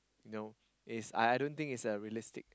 no is I I don't is a realistic